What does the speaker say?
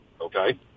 Okay